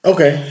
Okay